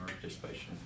participation